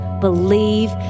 believe